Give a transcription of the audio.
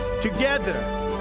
Together